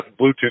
Bluetooth